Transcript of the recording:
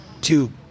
Two